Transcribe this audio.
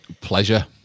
Pleasure